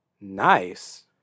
Nice